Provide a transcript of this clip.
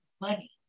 money